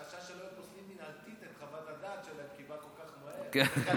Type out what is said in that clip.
החשש הוא שיפסלו מינהלתית את חוות הדעת שלהם כי היא באה כל כך מהר.